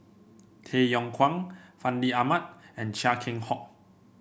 Tay Yong Kwang Fandi Ahmad and Chia Keng Hock